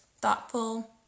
thoughtful